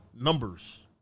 Numbers